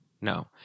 no